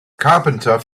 carpenter